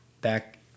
back